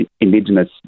indigenous